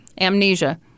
Amnesia